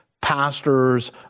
pastors